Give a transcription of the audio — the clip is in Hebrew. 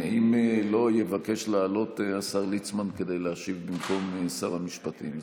אם לא יבקש לעלות השר ליצמן כדי להשיב במקום שר המשפטים,